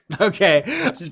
Okay